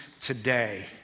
today